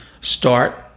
start